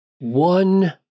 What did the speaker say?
one